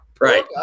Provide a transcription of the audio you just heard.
Right